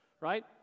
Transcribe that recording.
right